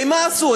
הרי מה עשו?